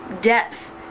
depth